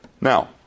Now